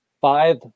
five